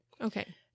okay